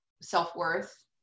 self-worth